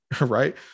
right